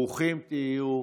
ברוכים תהיו,